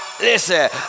listen